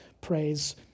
praise